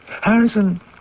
Harrison